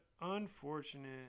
Unfortunate